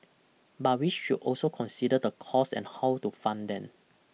but we should also consider the costs and how to fund them